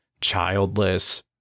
childless